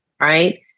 right